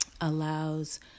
allows